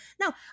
now